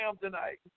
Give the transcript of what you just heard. tonight